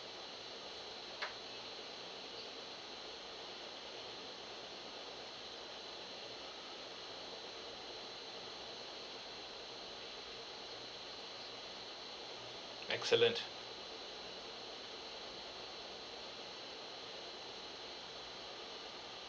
excellent